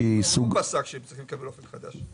הוא לא פסק שהם צריכים לקבל את "אופק חדש".